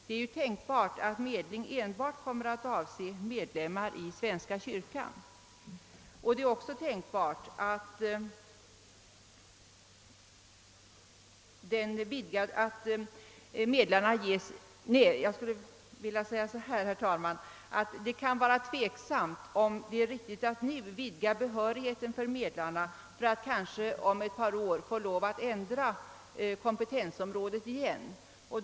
Det är tänkbart att medling enbart kommer att avse medlemmar i svenska kyrkan. Det kan också vara tveksamt om det är riktigt att nu vidga behörigheten för medlarna för att kanske om ett par år vara tvungen att ändra kompetensområdet igen.